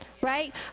right